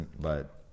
but-